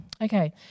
Okay